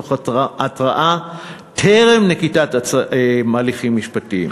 לאחר התראה טרם נקיטת הליכים משפטיים.